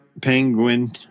penguin